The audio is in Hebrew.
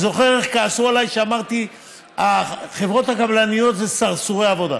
אני זוכר איך כעסו עליי כשאמרתי שהחברות הקבלניות זה סרסורי עבודה.